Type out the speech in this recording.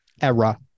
era